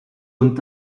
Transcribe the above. und